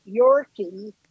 Yorkie